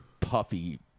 puffy